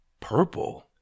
Purple